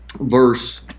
verse